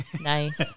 nice